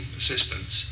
assistance